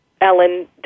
Ellen